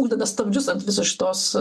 uždeda stabdžius ant visos šitos